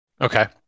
okay